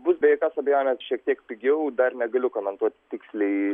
bus be jokios abejonės šiek tiek pigiau dar negaliu komentuoti tiksliai